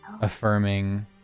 affirming